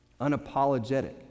Unapologetic